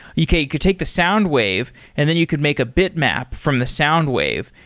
okay, you could take the sound wave and then you could make a bit map from the sound wave,